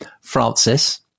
Francis